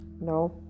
No